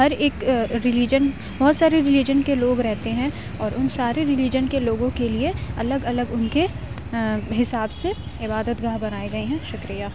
ہر ایک رلیجن بہت سارے رلیجن کے لوگ رہتے ہیں اور ان سارے رلیجن کے لوگوں کے لیے الگ الگ ان کے حساب سے عبادت گاہ بنائی گئی ہیں شکریہ